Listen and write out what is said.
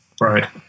Right